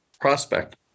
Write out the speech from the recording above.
prospect